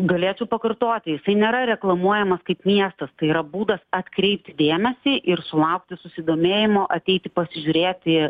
galėčiau pakartoti jisai nėra reklamuojamas kaip miestas tai yra būdas atkreipti dėmesį ir sulaukti susidomėjimo ateiti pasižiūrėti